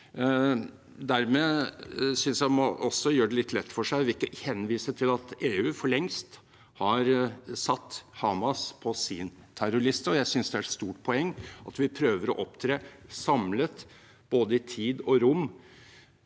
også gjør det litt lett for seg ved ikke å henvise til at EU for lengst har satt Hamas på sin terrorliste. Jeg synes det er et stort poeng at vi prøver å opptre samlet, i både tid og rom,